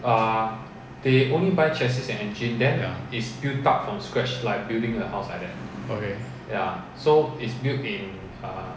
ya okay